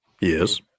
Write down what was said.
Yes